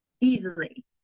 easily